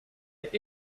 ate